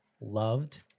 loved